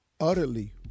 utterly